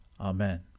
Amen